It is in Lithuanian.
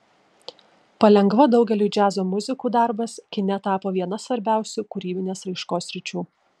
palengva daugeliui džiazo muzikų darbas kine tapo viena svarbiausių kūrybinės raiškos sričių